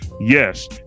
Yes